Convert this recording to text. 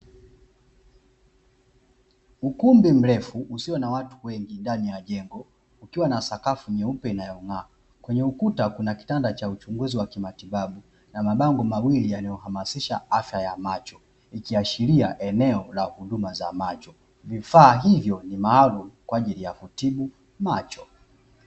Ukumbi mrefu usio na watu wengi ndani ya jengo, kukiwa na sakafu nyeupe inayong'aa. Kwenye ukuta kuna kitanda cha uchunguzi wa kimatibabu na mabango mawili yaliyohamasisha afya ya macho. Ikiashiria eneo la huduma za macho, vifaa hivyo ni maalumu kwa ajili ya kutibu macho.